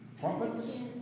trumpets